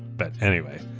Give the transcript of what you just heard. but anyway,